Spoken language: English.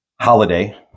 holiday